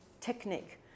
technique